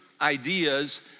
ideas